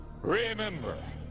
Remember